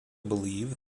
believe